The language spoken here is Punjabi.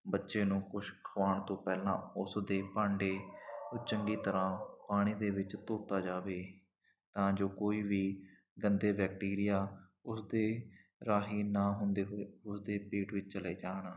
ਬੱਚੇ ਨੂੰ ਕੁਛ ਖਵਾਉਣ ਤੋਂ ਪਹਿਲਾਂ ਉਸ ਦੇ ਭਾਂਡੇ ਚੰਗੀ ਤਰ੍ਹਾਂ ਪਾਣੀ ਦੇ ਵਿੱਚ ਧੋਤਾ ਜਾਵੇ ਤਾਂ ਜੋ ਕੋਈ ਵੀ ਗੰਦੇ ਬੈਕਟੀਰੀਆ ਉਸਦੇ ਰਾਹੀਂ ਨਾ ਹੁੰਦੇ ਹੋਏ ਉਸਦੇ ਪੇਟ ਵਿੱਚ ਚਲੇ ਜਾਣ